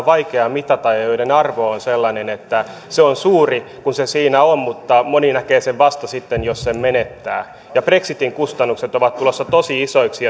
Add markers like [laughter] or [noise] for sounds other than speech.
[unintelligible] vaikea mitata ja joiden arvo on sellainen että se on suuri kun se siinä on mutta moni näkee sen vasta sitten jos sen menettää brexitin kustannukset ovat tulossa tosi isoiksi [unintelligible]